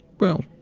well,